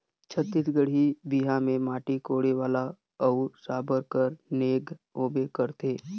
छत्तीसगढ़ी बिहा मे माटी कोड़े वाला अउ साबर कर नेग होबे करथे